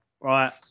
right